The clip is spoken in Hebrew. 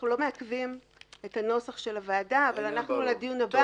אנחנו לא מעכבים את הנוסח של הוועדה אבל לדיון הבא נביא נוסח סופי.